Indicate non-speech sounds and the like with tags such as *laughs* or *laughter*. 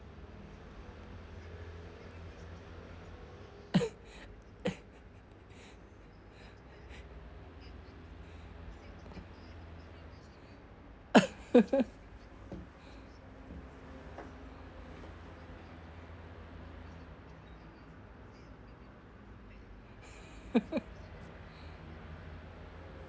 *laughs*